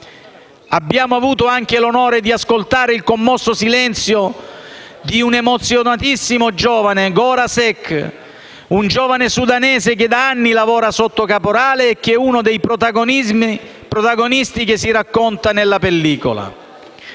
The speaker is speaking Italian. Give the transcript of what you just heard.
Abbiamo avuto anche l'onore di ascoltare il commosso silenzio di un emozionatissimo giovane, Gora Seck: un giovane sudanese che da anni lavora sotto caporale e che è uno dei protagonisti che si racconta nella pellicola.